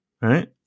right